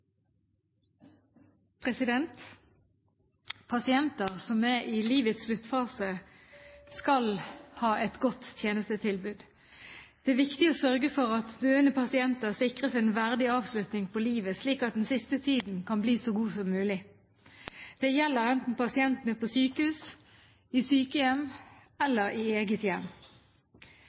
hjem? Pasienter som er i livets sluttfase, skal ha et godt tjenestetilbud. Det er viktig å sørge for at døende pasienter sikres en verdig avslutning på livet, slik at den siste tiden kan bli så god som mulig. Det gjelder enten pasienten er på sykehus, i sykehjem eller i eget hjem.